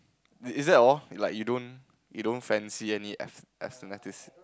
is that all like you don't you don't fancy any ath~ athletics